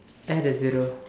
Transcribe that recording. add a zero